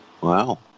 Wow